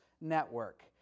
Network